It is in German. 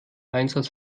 einsatz